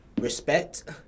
respect